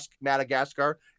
Madagascar